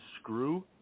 screw